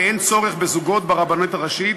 ואין צורך בזוגות ברבנות הראשית.